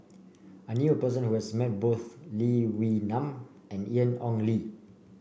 I knew a person who has met both Lee Wee Nam and Ian Ong Li